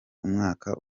umwaka